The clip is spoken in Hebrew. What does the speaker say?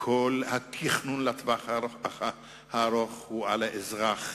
כל התכנון לטווח הארוך הוא על האזרח,